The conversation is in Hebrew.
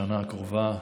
שנה הקרובה.